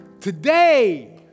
Today